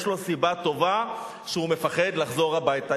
יש לו סיבה טובה שהוא מפחד לחזור הביתה.